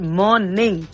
morning